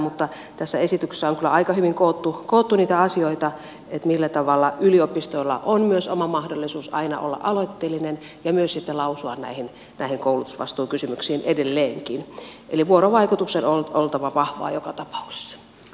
mutta tässä esityksessä on kyllä aika hyvin koottu niitä asioita millä tavalla yliopistoilla on myös oma mahdollisuus aina olla aloitteellinen ja myös sitten lausua näihin koulutusvastuukysymyksiin edelleenkin eli vuorovaikutuksen on oltava vahvaa joka tapauksessa